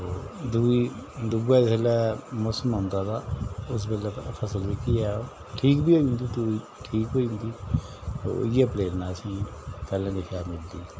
दुई दूआ जिसलै मौसम औंदा तां फसल उस बैल्ले फसल जेह्की ऐ ठीक बी होई जन्दी दूई ठीक होई जंदी इ'यै प्रेरणा असेंगी पैह्ले चेतै औंदी